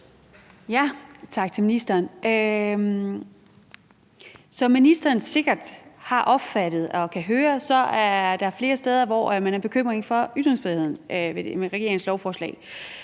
Som ministeren sikkert kan høre og har opfattet, er der flere steder, hvor man nærer bekymring for ytringsfriheden i forbindelse med regeringens lovforslag.